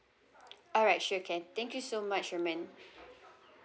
alright sure can thank you so much herman